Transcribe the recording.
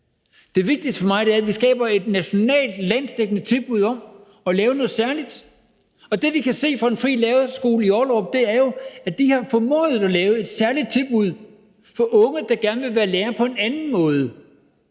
Det vigtigste for mig er, at vi skaber et nationalt, landsdækkende tilbud om at lave noget særligt, og det, vi kan se fra Den Frie Lærerskole i Ollerup, er jo, at de har formået at lave et særligt tilbud for unge, der gerne vil være lærer på en anden måde,